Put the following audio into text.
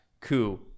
coup